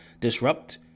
disrupt